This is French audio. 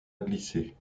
glisser